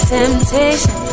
Temptation